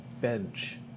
bench